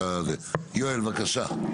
יואל, בבקשה.